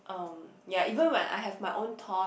um ya even when I have my own thought